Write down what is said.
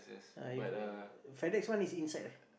uh if FedEx one is inside leh